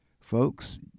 Folks